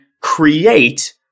create